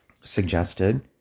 suggested